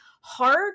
hard